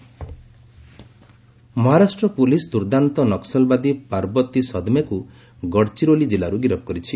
ଗଡ଼ଚିରୋଲି Naxal Maharashtra police ଦୁର୍ଦ୍ଦାନ୍ତ ନକ୍କଲବାଦୀ ପାର୍ବତୀ ସଦମେକକୁ ଗଡ଼ଚିରୋଲି ଜିଲ୍ଲାରୁ ଗିରଫ କରିଛି